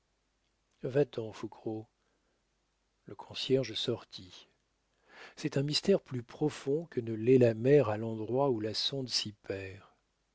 va-t'en fouquereau le concierge sortit c'est un mystère plus profond que ne l'est la mer à l'endroit où la sonde s'y perd